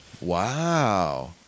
Wow